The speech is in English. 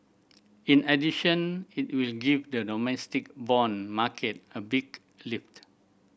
in addition it will give the domestic bond market a big lift